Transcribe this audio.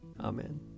Amen